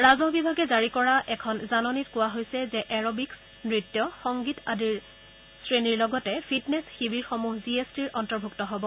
ৰাজহ বিভাগে জাৰি কৰা এখন জাননীত কোৱা হৈছে যে এৰবিক্ছ নৃত্য সংগীত আদিৰ শ্ৰেণীৰ লগতে ফিটনেছ শিৱিৰসমূহ জি এছ টিৰ অন্তৰ্ভুক্ত হ'ব